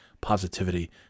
positivity